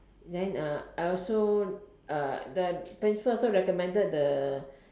then uh I also uh the principal also recommended the